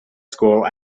school